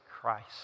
Christ